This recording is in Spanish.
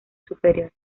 superior